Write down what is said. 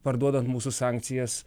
parduodant mūsų sankcijas